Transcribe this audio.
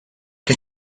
che